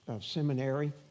seminary